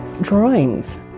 drawings